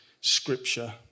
scripture